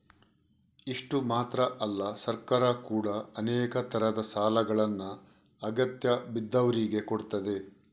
ಇಷ್ಟು ಮಾತ್ರ ಅಲ್ಲ ಸರ್ಕಾರ ಕೂಡಾ ಅನೇಕ ತರದ ಸಾಲಗಳನ್ನ ಅಗತ್ಯ ಬಿದ್ದವ್ರಿಗೆ ಕೊಡ್ತದೆ